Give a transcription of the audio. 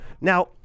Now